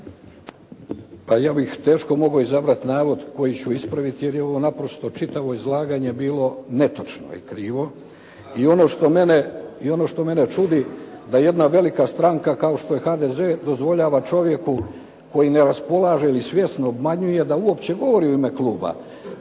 Pa ja bih teško mogao izabrati navod koji ću ispraviti, jer je ovo naprosto čitavo izlaganje bilo netočno i krivo. I ono što mene čudi da jedna velika stranka kao što je HDZ dozvoljava čovjeku koji ne raspolaže ili svjesno obmanjuje da uopće govori u ime kluba.